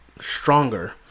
stronger